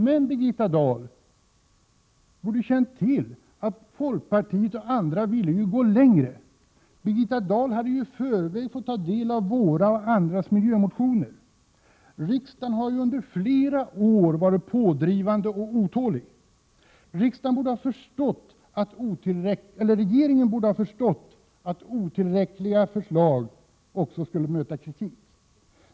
Men Birgitta Dahl borde ha känt till att folkpartiet och andra ville gå längre. Birgitta Dahl hade ju i förväg fått ta del av våra och andras miljömotioner. Riksdagen har under flera år varit pådrivande och otålig, och regeringen borde därför ha förstått att otillräckliga förslag skulle möta kritik.